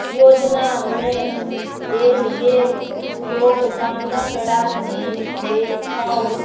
योजनामे देल गेल योगदानके राशि देखाउ